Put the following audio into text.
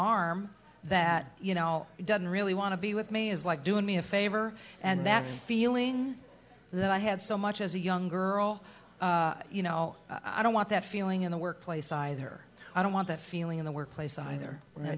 arm that you know doesn't really want to be with me is like doing me a favor and that feeling that i had so much as a young girl you know i don't want that feeling in the workplace either i don't want that feeling in the workplace either